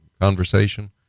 conversation